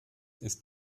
ist